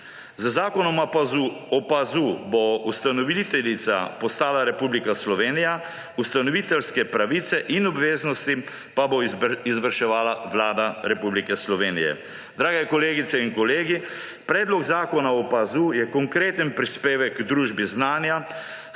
Z Zakonom o PAZU bo ustanoviteljica postala Republika Slovenija, ustanoviteljske pravice in obveznosti pa bo izvrševala Vlada Republike Slovenije. Drage kolegice in kolegi! Predlog zakona o PAZU je konkreten prispevek k družbi znanja,